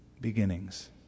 beginnings